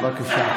בבקשה.